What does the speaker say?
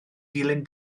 dilyn